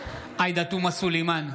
עאידה תומא סלימאן,